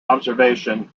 observation